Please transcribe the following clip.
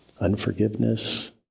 unforgiveness